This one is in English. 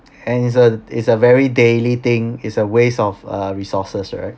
and is a is a very daily thing is a waste of uh resources right